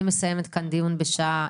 אני מסיימת כאן דיון בשעה